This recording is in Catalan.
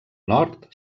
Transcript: nord